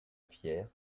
pierre